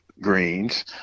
greens